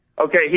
Okay